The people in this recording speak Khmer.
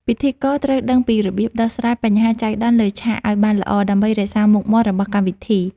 ពិធីករត្រូវដឹងពីរបៀបដោះស្រាយបញ្ហាចៃដន្យលើឆាកឱ្យបានល្អដើម្បីរក្សាមុខមាត់របស់កម្មវិធី។